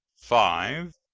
five.